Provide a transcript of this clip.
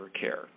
care